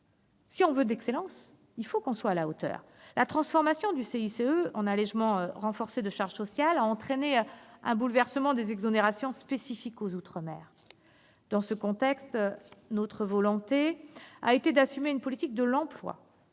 Si nous voulons l'excellence, nous devons être à la hauteur ! La transformation du CICE en allégement renforcé de charges sociales a entraîné un bouleversement des exonérations spécifiques aux outre-mer. Dans ce contexte, notre volonté a été d'assumer une politique de l'emploi,